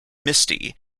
misty